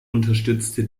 unterstützte